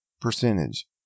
percentage